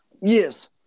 Yes